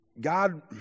God